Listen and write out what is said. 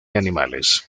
animales